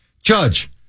Judge